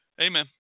Amen